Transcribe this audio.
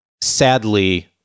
Sadly